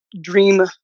dream